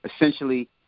essentially